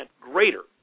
greater